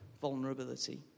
vulnerability